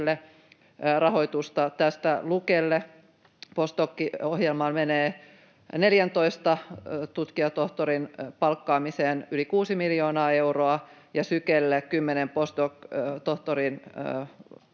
rahoitusta, tästä Lukelle postdoc-ohjelmaan menee 14 tutkijatohtorin palkkaamiseen yli 6 miljoonaa euroa ja Sykelle 10:n postdoc-tohtorin